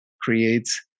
creates